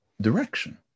direction